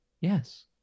Yes